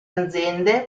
aziende